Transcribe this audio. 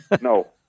No